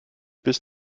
bis